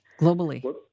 globally